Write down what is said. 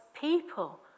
people